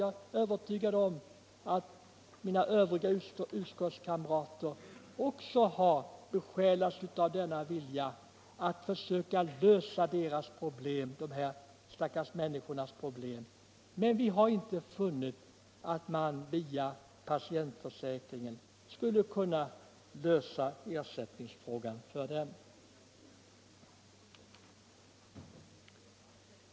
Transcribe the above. Jag är övertygad om att mina utskottskamrater också har besjälats av denna vilja att försöka lösa de här stackars människornas problem, men vi har inte kommit fram till att man via patientförsäkringen skulle kunna lösa ersättningsfrågan för dem.